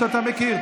שאתה מכיר.